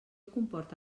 comporta